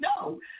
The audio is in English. no